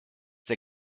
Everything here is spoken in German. der